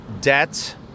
debt